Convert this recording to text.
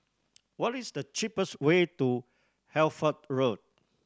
what is the cheapest way to Hertford Road